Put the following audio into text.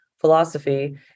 philosophy